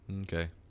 Okay